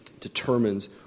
determines